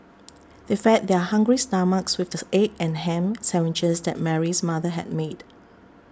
they fed their hungry stomachs with this egg and ham sandwiches that Mary's mother had made